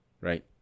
right